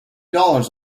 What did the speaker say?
dollars